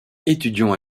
étudiant